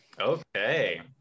Okay